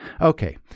Okay